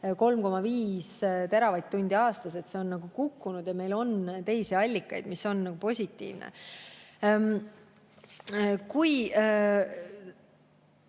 3,5 teravatt-tundi aastas. See on kukkunud ja meil on teisi allikaid. See on positiivne. Nüüd